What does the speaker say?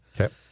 Okay